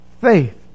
faith